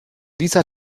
dieser